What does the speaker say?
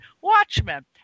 Watchmen